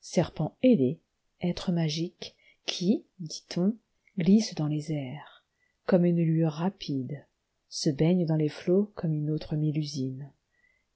serpent ailé être magique qui dit-on glisse dans les airs comme une lueur rapide se baigne dans les flots comme une autre mélusine